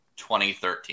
2013